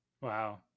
wow